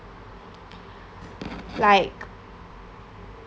like